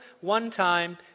one-time